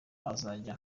azajya